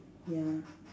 ya